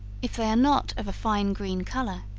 if they are not of a fine green color,